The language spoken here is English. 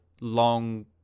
long